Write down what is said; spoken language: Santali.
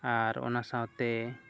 ᱟᱨ ᱚᱱᱟ ᱥᱟᱶᱛᱮ